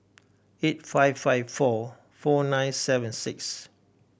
eight five five four four nine seven six